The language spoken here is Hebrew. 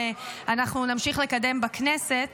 שאנחנו נמשיך לקדם בכנסת.